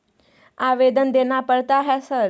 आवेदन देना पड़ता है सर?